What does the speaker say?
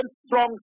strong